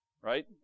right